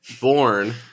born